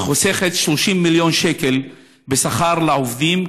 וחוסכת 30 מיליון שקלים בשכר לעובדים,